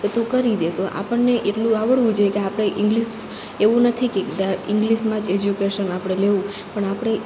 તો તુ કરી દે તો આપણને એટલું આવડવું જોઈએ કે આપણે ઇંગ્લિશ એવું નથી કે ઈંગ્લીશમાં જ એજ્યુકેશન આપણે લેવું પણ આપણે